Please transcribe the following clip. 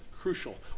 crucial